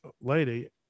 lady